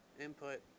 input